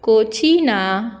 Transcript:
कोचीना